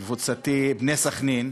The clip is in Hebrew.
קבוצתי, "בני סח'נין"